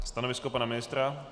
Stanovisko pana ministra?